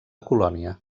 colònia